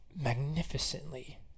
magnificently